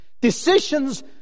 Decisions